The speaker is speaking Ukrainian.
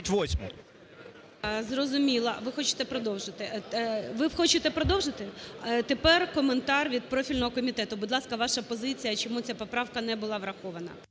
продовжити? Ви хочете продовжити? Тепер коментар від профільного комітету. Будь ласка, ваша позиція, чому ця поправка не була врахована.